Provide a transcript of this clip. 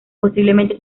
posiblemente